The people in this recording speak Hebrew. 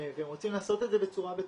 והם רוצים לעשות את זה בצורה בטוחה,